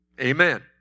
Amen